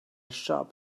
shop